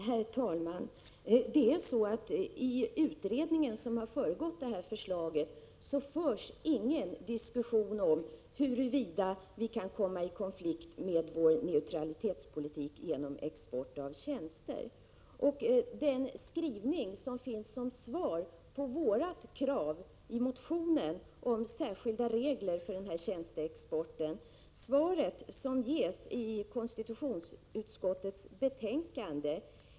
Herr talman! I den utredning som har föregått detta förslag förs ingen diskussion om huruvida Sverige kan komma i konflikt med neutralitetspolitiken genom export av tjänster. Svaret i konstitutionsutskottets betänkande på vpk:s krav i motionen om särskilda regler för tjänsteexporten är faktiskt mer oroande än lugnande.